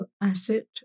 asset